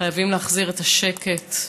חייבים להחזיר את השקט.